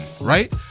right